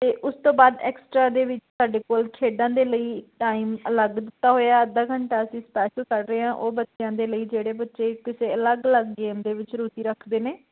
ਅਤੇ ਉਸ ਤੋਂ ਬਾਅਦ ਐਕਸਟਰਾ ਦੇ ਵਿੱਚ ਸਾਡੇ ਕੋਲ ਖੇਡਾਂ ਦੇ ਲਈ ਟਾਈਮ ਅਲੱਗ ਦਿੱਤਾ ਹੋਇਆ ਅੱਧਾ ਘੰਟਾ ਅਸੀਂ ਸਪੈਸ਼ਲ ਕਰ ਰਹੇ ਹਾਂ ਉਹ ਬੱਚਿਆਂ ਦੇ ਲਈ ਜਿਹੜੇ ਬੱਚੇ ਕਿਸੇ ਅਲੱਗ ਅਲੱਗ ਗੇਮ ਦੇ ਵਿੱਚ ਰੁਚੀ ਰੱਖਦੇ ਨੇ